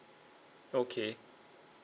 okay